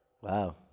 Wow